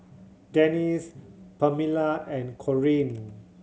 Denis Permelia and Corean